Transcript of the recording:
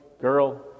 girl